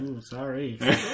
sorry